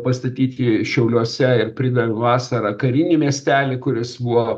pastatyti šiauliuose ir pridavėm vasarą karinį miestelį kuris buvo